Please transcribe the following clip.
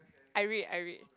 I read I read